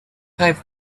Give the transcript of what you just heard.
five